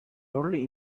early